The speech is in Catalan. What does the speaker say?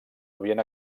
havien